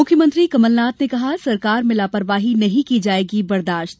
मुख्यमंत्री कमलनाथ ने कहा सरकार में लापरवाही नहीं की जायेगी बर्दाश्त